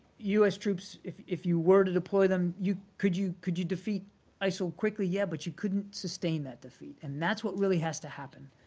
u s. troops, if if you were to deploy them, you could you could you defeat isil so quickly? yeah, but you couldn't sustain that defeat, and that's what really has to happen.